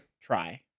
try